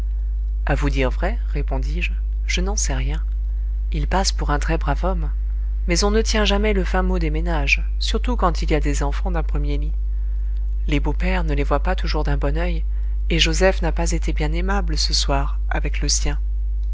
à vous dire vrai répondis-je je n'en sais rien il passe pour un très brave homme mais on ne tient jamais le fin mot des ménages surtout quand il y a des enfants d'un premier lit les beaux pères ne les voient pas toujours d'un bon oeil et joseph n'a pas été bien aimable ce soir avec le sien